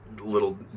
little